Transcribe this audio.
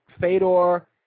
Fedor